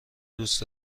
دوست